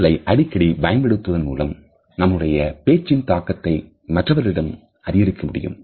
தொடுதலை அடிக்கடி பயன்படுத்துவதன் மூலம் நம்முடைய பேச்சின் தாக்கத்தை மற்றவர்களிடம் அதிகரிக்க முடியும்